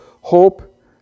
hope